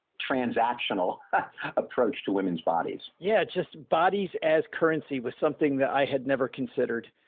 transactional approach to women's bodies. yeah. just bodies as currency was something that i had never considered.